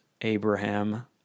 Abraham